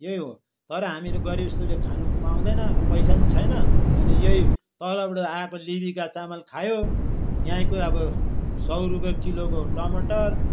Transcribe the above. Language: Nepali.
यही हो तर हामीहरू गरिब जस्तोले खानु पाउँदैन र पैसा पनि छैन अनि यही तलबाट आएको लिरिका चामल खायो यहीँको अब सौ रुपियाँ किलोको टमाटर